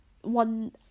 one